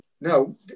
No